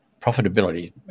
profitability